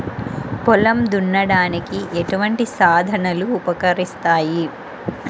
పొలం దున్నడానికి ఎటువంటి సాధనలు ఉపకరిస్తాయి?